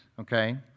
okay